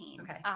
Okay